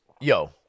Yo